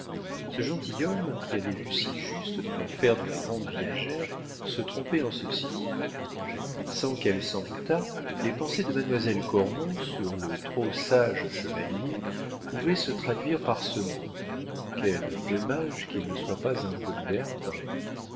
ce gentilhomme qui avait vu si juste dans l'affaire de la rente viagère se trompait en ceci sans qu'elle s'en doutât les pensées de mademoiselle cormon sur le trop sage chevalier pouvaient se traduire par ce mot quel dommage qu'il ne soit pas un peu libertin